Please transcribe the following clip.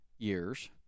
years